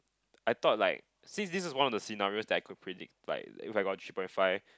I thought like since this was one of the scenarios that I could predict like if I got three point five